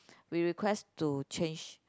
we request to change